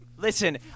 Listen